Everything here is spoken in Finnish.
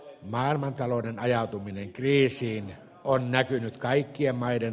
maailmantalouden ajautuminen kriisiin on näkynyt kaikkien maiden